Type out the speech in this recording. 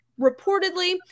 Reportedly